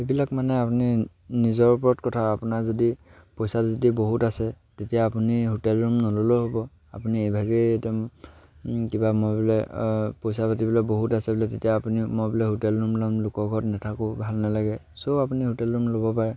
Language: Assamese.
এইবিলাক মানে আপুনি নিজৰ ওপৰত কথা আপোনাৰ যদি পইচা যদি বহুত আছে তেতিয়া আপুনি হোটেল ৰুম নল'লেও হ'ব আপুনি এইভাগেই কিবা মই বোলে পইচা পাতি বোলে বহুত আছে বোলে তেতিয়া আপুনি মই বোলে হোটেল ৰুম ল'ম লোকৰ ঘৰত নাথাকোঁ ভাল নালাগে চ' আপুনি হোটেল ৰুম ল'ব পাৰে